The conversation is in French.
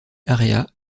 area